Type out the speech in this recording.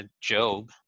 Job